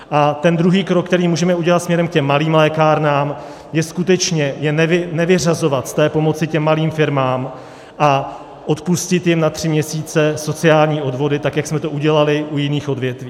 A druhý krok, který můžeme udělat směrem k těm malým lékárnám, je skutečně nevyřazovat pomoc těm malým firmám a odpustit jim na tři měsíce sociální odvody tak, jak jsme to udělali u jiných odvětví.